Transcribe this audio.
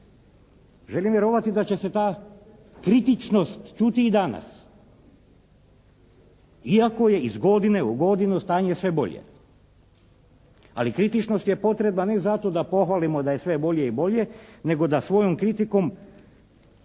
Želim vjerovati da će se ta kritičnost čuti i danas iako je iz godinu u godinu stanje sve bolje, ali kritičnost je potrebna ne zato da pohvalimo da je sve bolje i bolje nego da svojom kritikom